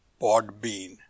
podbean